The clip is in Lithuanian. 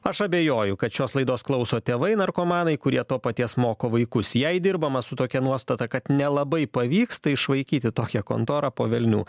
aš abejoju kad šios laidos klauso tėvai narkomanai kurie to paties moko vaikus jei dirbama su tokia nuostata kad nelabai pavyksta išvaikyti tokią kontorą po velnių